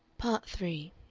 part three